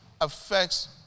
affects